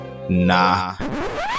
nah